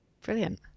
Brilliant